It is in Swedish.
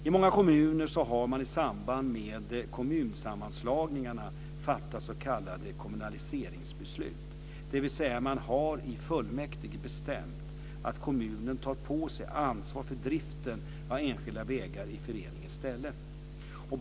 I många kommuner har man i samband med kommunsammanslagningarna fattat s.k. kommunaliseringsbeslut, dvs. att man i fullmäktige har bestämt att kommunen tar på sig ansvar för driften av enskilda vägar i föreningarnas ställe.